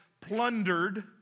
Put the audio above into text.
plundered